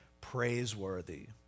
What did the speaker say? praiseworthy